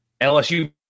LSU